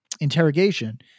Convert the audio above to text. interrogation